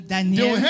Daniel